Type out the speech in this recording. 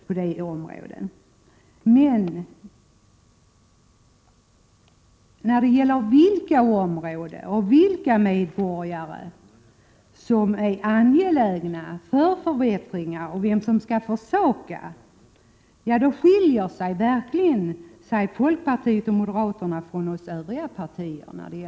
Men när det gäller bedömningen av vilka områden och vilka medborgare som behöver förbättringar och vem som skall försaka, då skiljer sig verkligen folkpartiet och moderaterna från oss övriga partier.